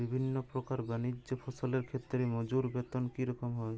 বিভিন্ন প্রকার বানিজ্য ফসলের ক্ষেত্রে মজুর বেতন কী রকম হয়?